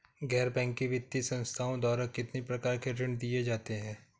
गैर बैंकिंग वित्तीय संस्थाओं द्वारा कितनी प्रकार के ऋण दिए जाते हैं?